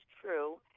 true